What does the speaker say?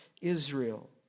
Israel